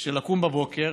של לקום בבוקר,